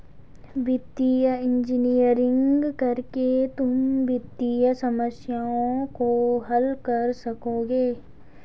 वित्तीय इंजीनियरिंग करके तुम वित्तीय समस्याओं को हल कर सकोगे